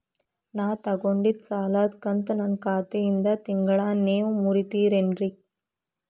ನಾ ತೊಗೊಂಡಿದ್ದ ಸಾಲದ ಕಂತು ನನ್ನ ಖಾತೆಯಿಂದ ತಿಂಗಳಾ ನೇವ್ ಮುರೇತೇರೇನ್ರೇ?